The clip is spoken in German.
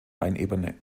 rheinebene